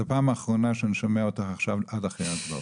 זה פעם אחרונה שאני שומע אותך עכשיו עד אחרי ההצבעות.